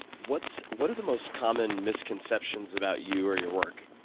what what are the most common misconceptions about you or your work,